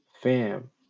Fam